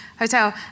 Hotel